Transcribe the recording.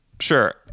Sure